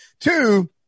Two